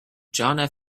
john